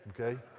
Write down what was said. Okay